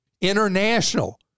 International